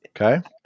Okay